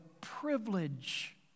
privilege